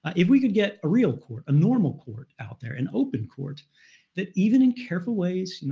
ah if we could get a real court, a normal court out there, an open court that even in careful ways, you know